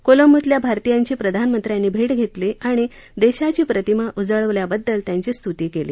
कोलंबोतल्या भारतीययांची प्रधानमंत्र्यांनी भेट घेतली आणि देशाची प्रतिमा उजळवल्याबद्दल त्यांची स्तुती केली